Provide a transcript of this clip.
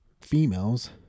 females